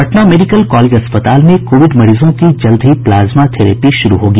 Patna medical college अस्पताल में covid मरीजों की जल्द ही प्लाज्मा थेरेपी शुरू होगी